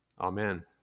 Amen